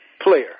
Player